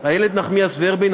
איילת נחמיאס ורבין,